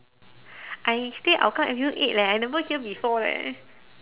I stay hougang avenue eight leh I never hear before leh